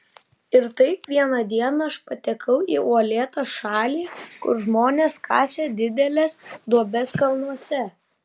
ir taip vieną dieną aš patekau į uolėtą šalį kur žmonės kasė dideles duobes kalnuose